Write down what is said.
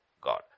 God